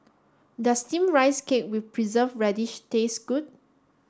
does steamed rice cake with preserved radish taste good